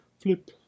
flip